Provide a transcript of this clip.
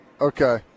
Okay